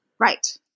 Right